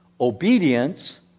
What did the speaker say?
obedience